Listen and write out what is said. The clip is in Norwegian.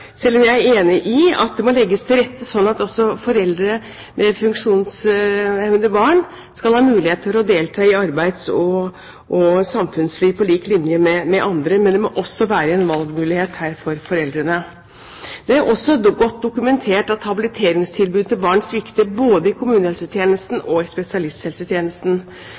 selv om jeg er enig i at det må legges til rette for at også foreldre med funksjonshemmede barn skal ha mulighet til å delta i arbeids- og samfunnsliv på lik linje med andre. Men det må være en valgmulighet her for foreldrene. Det er også godt dokumentert at habiliteringstilbudet til barn svikter både i kommunehelsetjenesten og i spesialisthelsetjenesten.